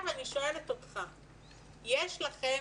יש לכם